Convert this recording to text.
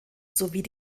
sowie